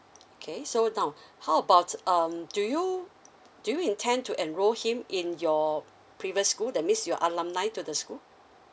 okay so now how about um do you do you intend to enroll him in your previous school that means your alumni to the school